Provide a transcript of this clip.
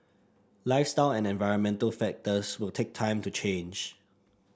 lifestyle and environmental factors will take time to change